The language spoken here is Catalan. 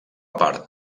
part